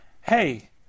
hey